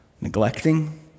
neglecting